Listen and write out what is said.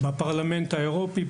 בפרלמנט האירופאי,